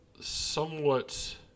somewhat